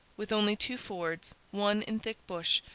with only two fords, one in thick bush,